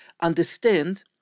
understand